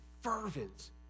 fervent